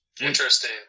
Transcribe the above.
Interesting